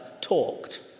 talked